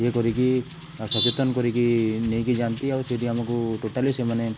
ଇଏ କରିକି ଆଉ ସଚେତନ କରିକି ନେଇକି ଯାଆନ୍ତି ଆଉ ସେଇଠି ଆମକୁ ଟୋଟାଲି ସେମାନେ